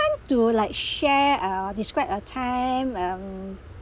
want to like share uh described a time um